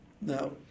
Now